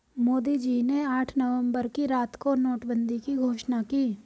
मोदी जी ने आठ नवंबर की रात को नोटबंदी की घोषणा की